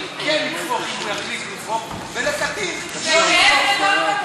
כן לצפות אם יחליט לצפות ולקטין לא לצפות.